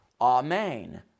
amen